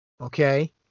Okay